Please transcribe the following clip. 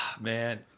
man